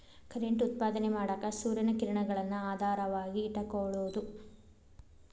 current ಉತ್ಪಾದನೆ ಮಾಡಾಕ ಸೂರ್ಯನ ಕಿರಣಗಳನ್ನ ಆಧಾರವಾಗಿ ಇಟಕೊಳುದು